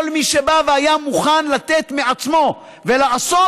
כל מי שבא והיה מוכן לתת מעצמו ולעשות,